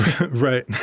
Right